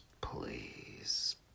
please